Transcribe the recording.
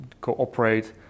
cooperate